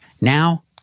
Now